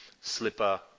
Slipper